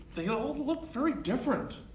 they all look very different,